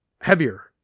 heavier